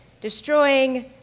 destroying